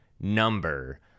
number